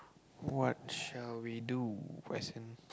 what shall we do as in